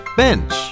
bench